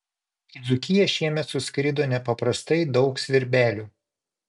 į dzūkiją šiemet suskrido nepaprastai daug svirbelių